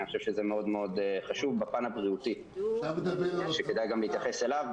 אני חושב שזה מאוד חשוב בפן הבריאותי שכדאי להתייחס אליו.